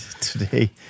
today